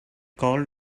cold